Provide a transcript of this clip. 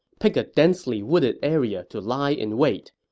pick a densely wooded area to lie in wait.